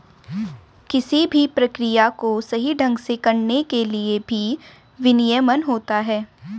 किसी भी प्रक्रिया को सही ढंग से करने के लिए भी विनियमन होता है